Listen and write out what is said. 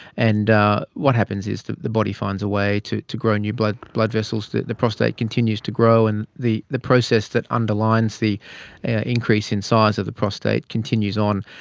and what happens is the body finds a way to to grow new blood blood vessels, the the prostate continues to grow, and the the process that underlines the increase in size of the prostate continues on.